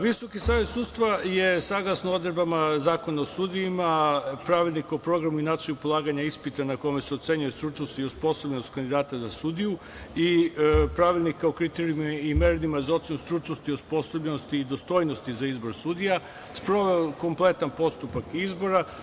Visoki savet sudstva je saglasno odredbama Zakona o sudijama, Pravilnik o programu i načinu polaganja ispita na kome se ocenjuje stručnost i osposobljenost kandidata za sudiju i Pravilnika o kriterijumima i merilima za ocenu stručnosti i osposobljenosti i dostojnosti za izbor sudija, sproveo kompletan postupak izbora.